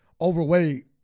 overweight